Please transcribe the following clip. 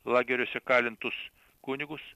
lageriuose kalintus kunigus